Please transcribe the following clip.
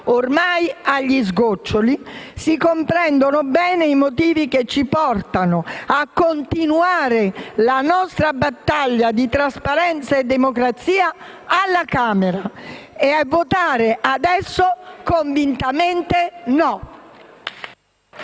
(ormai agli sgoccioli), si comprendono bene i motivi che ci portano a continuare la nostra battaglia di trasparenza e democrazia alla Camera e a votare adesso convintamente no.